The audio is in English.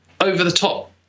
over-the-top